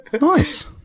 Nice